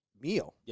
meal